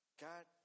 God